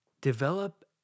develop